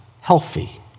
healthy